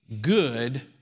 good